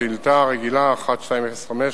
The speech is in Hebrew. שאילתא רגילה 1205,